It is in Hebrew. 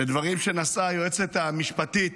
לדברים שנשאה היועצת המשפטית